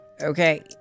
Okay